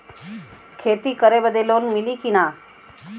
खेती करे बदे लोन मिली कि ना?